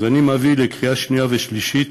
אז אני מביא לקריאה שנייה ושלישית